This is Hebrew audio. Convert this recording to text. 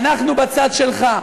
אנחנו בצד שלך,